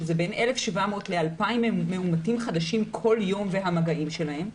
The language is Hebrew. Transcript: בין 1,700 2,000 מאומתים חדשים בכל יום והמגעים שלהם,